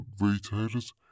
retailers